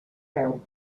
veu